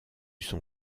son